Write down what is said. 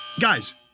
Guys